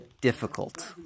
difficult